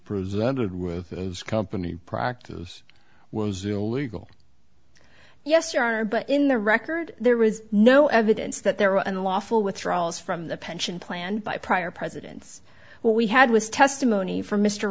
presented with as company practice was illegal yes you are but in the record there was no evidence that there were unlawful withdrawals from the pension plan by prior presidents well we had was testimony from m